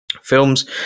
films